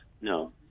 No